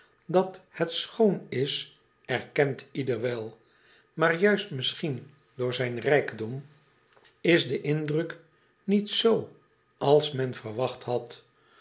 at het schoon is erkent ieder wel maar juist misschien door zijn rijkdom is de indruk niet z als men verwacht had